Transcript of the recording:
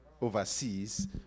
overseas